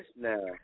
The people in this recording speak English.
now